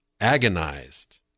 agonized